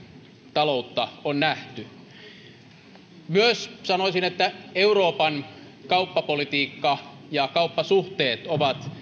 taloutta on nähty sanoisin myös että euroopan kauppapolitiikka ja kauppasuhteet ovat